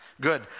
Good